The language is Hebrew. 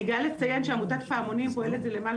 אני גאה לציין שעמותת פעמונים פועלת זה למעלה